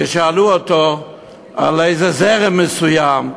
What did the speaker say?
כששאלו אותו על איזה זרם מסוים,